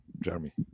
Jeremy